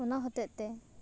ᱚᱱᱟ ᱦᱚᱛᱮᱫ ᱛᱮ